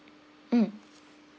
mm